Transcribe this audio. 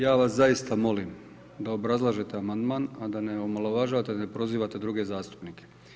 Ja vas zaista molim da obrazlažete amandman, a da ne omalovažavate i ne prozivate druge zastupnike.